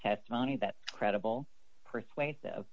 testimony that's credible persuasive